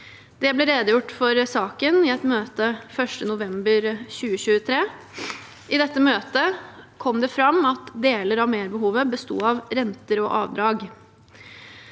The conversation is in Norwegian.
Det ble redegjort for saken i et møte 1. november 2023. I dette møtet kom det fram at deler av merbehovet besto av renter og avdrag.